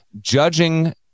judging